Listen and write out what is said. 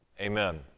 amen